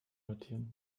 notieren